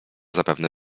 zapewne